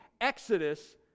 Exodus